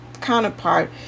counterpart